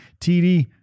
TD